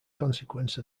consequence